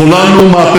מחלפים,